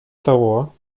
того